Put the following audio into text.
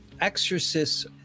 exorcists